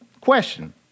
Question